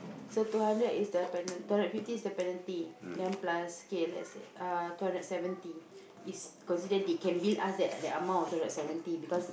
so two hundred is the pena~ two hundred fifty is the penalty then plus kay let's say uh two hundred seventy is considered they can bill us the the amount of two hundred seventy because